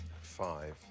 five